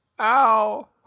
Ow